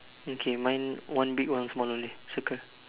okay mine one big one smaller leh circle